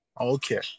okay